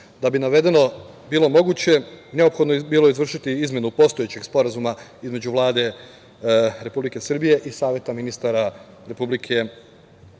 Da bi navedeno bilo moguće, neophodno je bilo izvršiti izmenu postojećeg sporazuma između Vlade Republike Srbije i Saveta ministara Republike